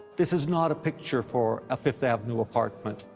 this is not a picture for a fifth avenue apartment.